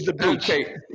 Okay